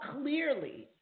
clearly